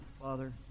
Father